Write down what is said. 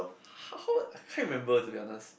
how I can't remember to be honest